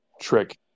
trick